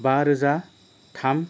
बा रोजा थाम